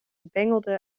bengelde